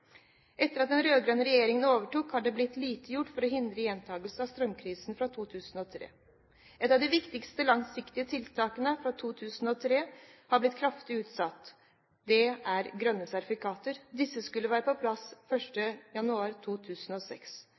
Etter at den rød-grønne regjeringen overtok, har det blitt gjort lite for å hindre gjentakelse av strømkrisen fra 2003. Ett av de viktigste langsiktige tiltakene fra 2003 har blitt kraftig utsatt. Det gjelder grønne sertifikater. Disse skulle ha vært på plass 1. januar 2006, men vil nå først være på plass 1. januar